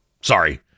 sorry